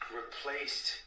replaced